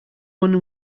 one